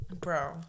bro